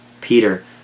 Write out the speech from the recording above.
Peter